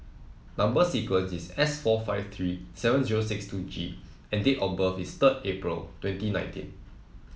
number sequence is S four five three seven zero six two G and date of birth is third April twenty nineteen